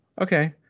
Okay